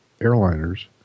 airliners